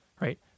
right